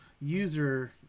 user